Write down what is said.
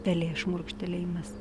pelės šmurkštelėjimas